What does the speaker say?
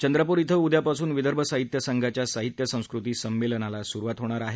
चंद्रपूर क्विं उद्यापासून विदर्भ साहित्य संघाच्या साहित्य संस्कृती संमेलनाला सुरुवात होणार आहे